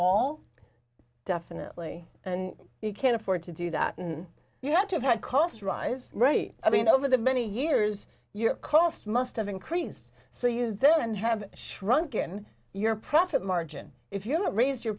all definitely and you can't afford to do that and you had to have had costs rise right i mean over the many years your cost must have increased so you then have shrunken your profit margin if you don't raise your